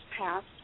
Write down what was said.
passed